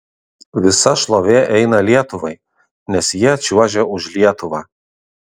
visa šlovė eina lietuvai nes jie čiuožia už lietuvą